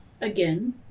again